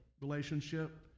relationship